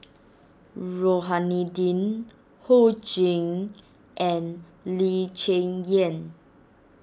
Rohani Din Ho Ching and Lee Cheng Yan